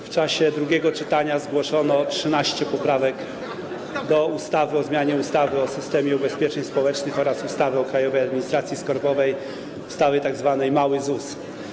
W czasie drugiego czytania zgłoszono 13 poprawek do ustawy o zmianie ustawy o systemie ubezpieczeń społecznych oraz ustawy o Krajowej Administracji Skarbowej, tzw. ustawy mały ZUS.